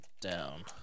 down